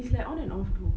it's like on and off glow